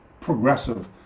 progressive